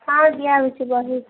ହଁ ଦିଆହେଉଛି ବହି